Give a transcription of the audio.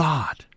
God